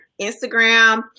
Instagram